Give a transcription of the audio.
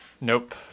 Nope